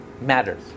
matters